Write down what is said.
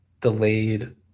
delayed